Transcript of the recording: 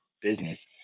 business